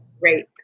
Great